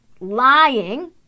Lying